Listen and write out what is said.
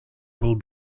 will